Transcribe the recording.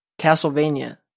Castlevania